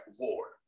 war